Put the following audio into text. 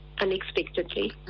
unexpectedly